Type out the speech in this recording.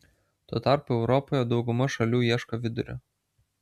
tuo tarpu europoje dauguma šalių ieško vidurio